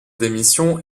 démission